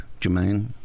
Jermaine